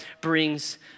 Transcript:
brings